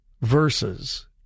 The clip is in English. verses